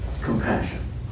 Compassion